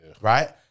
right